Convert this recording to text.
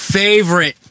favorite